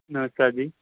ਨਮਸਕਾਰ ਜੀ